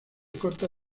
corta